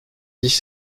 dix